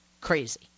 crazy